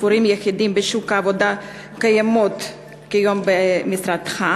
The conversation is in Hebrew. הורים יחידים בשוק העבודה קיימות כיום במשרדך?